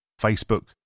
Facebook